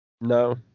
no